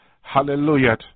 Hallelujah